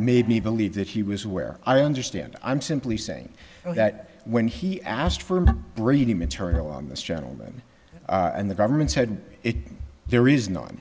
made me believe that he was where i understand i'm simply saying that when he asked for brady material on this gentleman and the government said it there is none